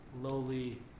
lowly